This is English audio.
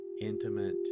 intimate